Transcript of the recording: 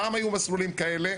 פעם היו מסלולים כאלה,